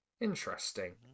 Interesting